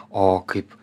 o kaip